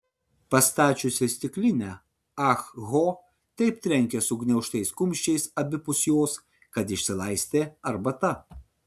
pastačiusi stiklinę ah ho taip trenkė sugniaužtais kumščiais abipus jos kad išsilaistė arbata